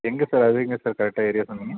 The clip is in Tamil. எங்கே சார் அது எங்கே சார் கரெக்டாக ஏரியா சொன்னீங்கள்